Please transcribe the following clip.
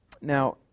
Now